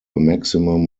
maximum